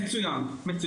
מצוין.